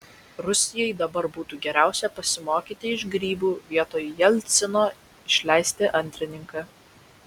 rusijai dabar būtų geriausia pasimokyti iš grybų vietoj jelcino išleisti antrininką